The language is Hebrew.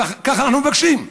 כך אנחנו מבקשים.